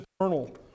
eternal